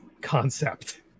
concept